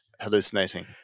hallucinating